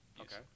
Okay